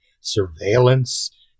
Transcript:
surveillance